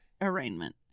arraignment